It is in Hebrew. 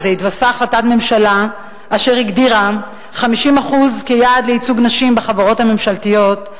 התווספה החלטת ממשלה אשר הגדירה 50% כיעד לייצוג נשים בחברות הממשלתיות,